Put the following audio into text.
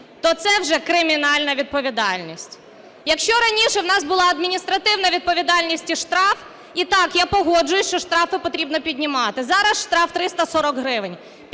то це вже кримінальна відповідальність. Якщо раніше у нас була адміністративна відповідальність і штраф, і так, я погоджуюся, що штрафи потрібно піднімати, зараз штраф 340 гривень,